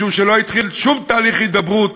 משום שלא התחיל שום תהליך הידברות